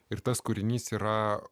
ir tas kūrinys yra